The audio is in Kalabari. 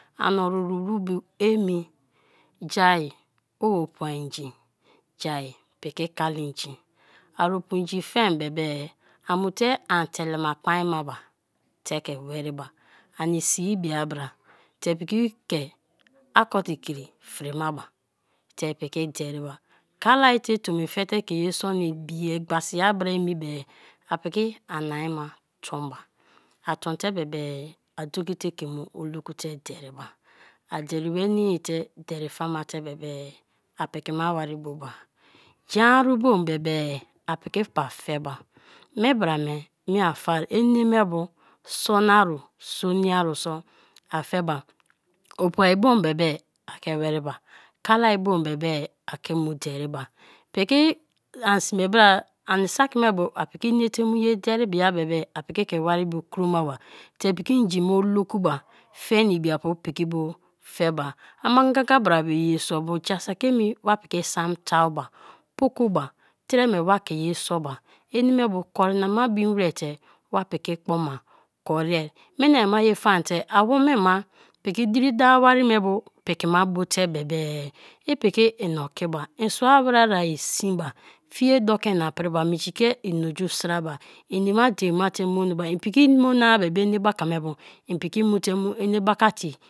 Ani orururu bio emi jao-opu inji ja-a piki kali inji, ai opuinji fee be be a mu fe an telema kpaim ina ba te ke weriba ani sii bia bra te piki ke havcolotikri frimaba te piki deriba, kalaite tombife te ke ye soa na ihl-e gbasia bra emi be-e a piki ania ma tonba; atonte bebe a doki te ke mu oluku te deriba, a derinwenii te deri fama te be be a piki ma waribo ba, jen aru bo be be-e apiki pa fe ba; mie bra me miefa, eneme bu sono ru, soniarubo a faba; opua bo be be a ke weriba, kalai bo be be a ke mu deriba pikianie bra ani saki me bu apiki ina te mu ye deri bia bia bebe apiki ke waribo kromaba te piki inji be olukuba, fenibiapu piki bo fe ba; ama ganga brabo ye so bo; ja saki enie wa piki isam taloba, pokoba tre me wa ke ye bobai eneme bo kom na ba bim wra te wa piki kpoma koria; minai ma ye fa te awoime ma piki diri dawo wari me bo pikima bo te be be ipiki ina ke ba, in sua weria sinba, fie doki ina priba, minji ke inaoju siraba inama dein ma te mano ba in piki mono-a be be enebaka me bo in piki mu te mu enebaka tei